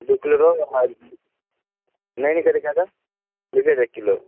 दू किलो रहु आ नैनी कते कए देब ब्रिकेट एक किलो